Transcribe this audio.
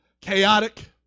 chaotic